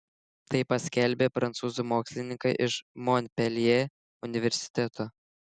tai paskelbė prancūzų mokslininkai iš monpeljė universiteto